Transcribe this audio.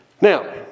Now